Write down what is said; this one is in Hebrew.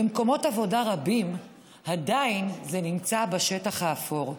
ובמקומות עבודה רבים עדיין זה נמצא בשטח האפור.